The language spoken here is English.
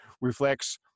reflects